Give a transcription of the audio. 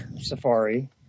safari